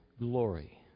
glory